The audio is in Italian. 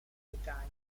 bretagna